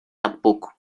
tampoco